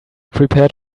prepared